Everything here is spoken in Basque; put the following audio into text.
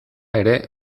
ere